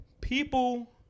People